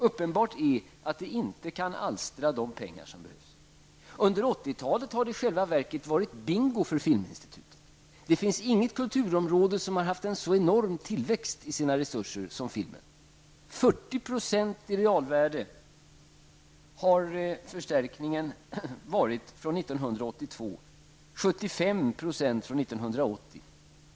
Uppenbart är att de inte kan alstra de pengar som behövs. Under 1980-talet har det i själva verket varit ''bingo'' för Filminstitutet. Det finns inget kulturområde som har haft en så enorm tillväxt av sina resurser som filmen. Från 1982 har realvärdet ökat med 40 % och med 75 % från 1980.